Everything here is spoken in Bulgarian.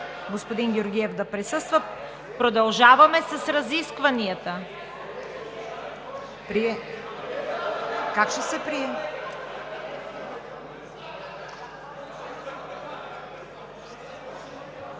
господин Георгиев да присъства. Продължаваме с разискванията. (Силен шум и реплики